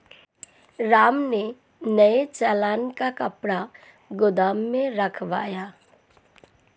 राम ने नए चालान का कपड़ा गोदाम में रखवाया